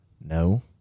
No